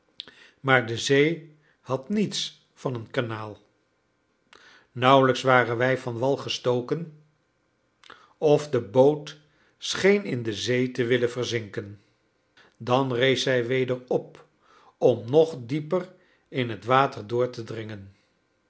maar de zee had niets van een kanaal nauwlijks waren wij van wal gestoken of de boot scheen in de zee te willen verzinken dan rees zij weder op om nog dieper in het water door te dringen